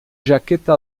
jaqueta